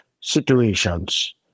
situations